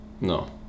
No